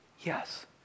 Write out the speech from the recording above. Yes